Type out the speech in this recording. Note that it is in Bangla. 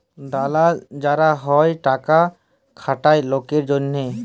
দালাল যারা হ্যয় টাকা খাটায় লকের জনহে